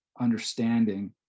understanding